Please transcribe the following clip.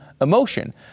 emotion